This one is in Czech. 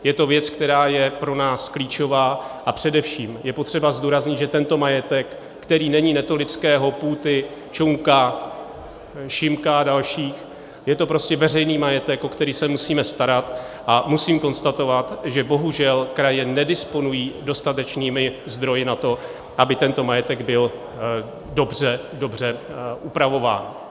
Je to věc, která je pro nás klíčová, a především je potřeba zdůraznit, že tento majetek, který není Netolického, Půty, Čunka, Šimka a dalších, je to prostě veřejný majetek, o který se musíme starat, a musím konstatovat, že bohužel kraje nedisponují dostatečnými zdroji na to, aby tento majetek byl dobře upravován.